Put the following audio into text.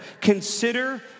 consider